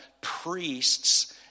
priests